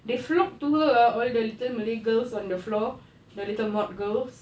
they flocked to her ah all the little malay girls on the floor the little mod girls